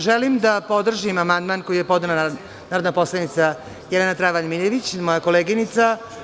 Želim da podržim amandman koji je podnela narodna poslanica Jelena Travar Miljević, moja koleginica.